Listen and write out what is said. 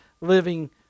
living